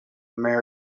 married